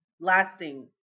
Lasting